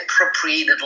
appropriated